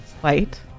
White